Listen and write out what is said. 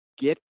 get